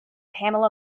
pamela